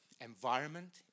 environment